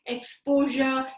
Exposure